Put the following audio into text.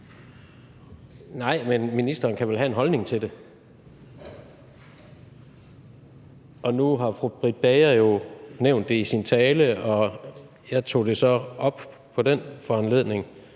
Nej, men ministeren kan vel have en holdning til det. Nu har fru Britt Bager jo nævnt det i sin tale, og jeg tog det så op på den foranledning,